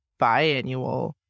biannual